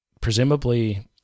presumably